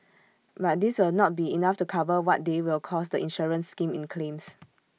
but this will not be enough to cover what they will cost the insurance scheme in claims